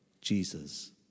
Jesus